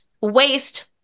waste